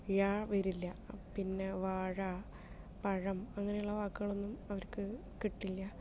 ഴ വരില്ല പിന്നെ വാഴ പഴം അങ്ങനെയുള്ള വാക്കുകൾ ഒന്നും അവർക്ക് കിട്ടില്ല